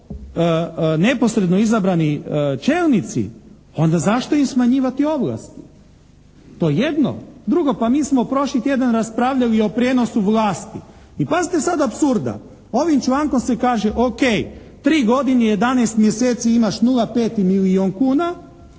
neposredno izabrani čelnici onda zašto im smanjivati ovlasti. To je jedno. Drugo, pa mi smo prošli tjedan raspravljali o prijenosu vlasti. I pazite sada apsurda. Ovim člankom se kaže o.k. tri godine i 11 mjeseci imaš 0,5 i milijun kuna